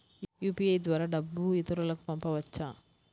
UPI ద్వారా డబ్బు ఇతరులకు పంపవచ్చ?